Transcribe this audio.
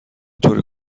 طور